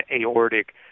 aortic